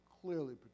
clearly